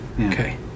Okay